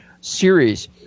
series